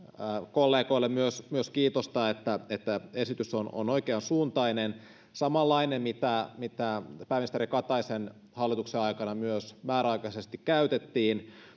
kollegoille myös myös kiitosta että että esitys on on oikeansuuntainen samanlainen mitä mitä myös pääministeri kataisen hallituksen aikana määräaikaisesti käytettiin